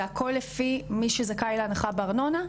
זה הכול לפי מי שזכאי להנחה בארנונה?